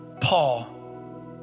Paul